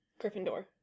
Gryffindor